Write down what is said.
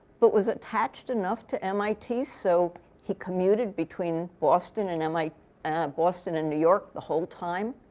but was attached enough to mit so he commuted between boston and and like boston and new york the whole time,